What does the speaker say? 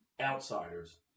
outsiders